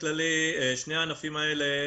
שני הענפים האלה,